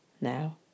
now